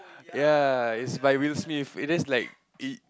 ya it's by Will Smith it is like e~